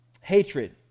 hatred